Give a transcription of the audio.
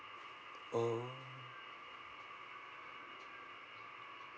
oh